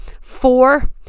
four